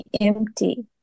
empty